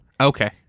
Okay